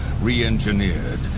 re-engineered